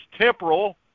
temporal